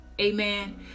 Amen